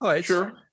sure